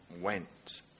went